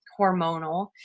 hormonal